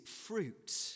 fruit